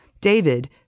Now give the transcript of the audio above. David